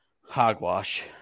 Hogwash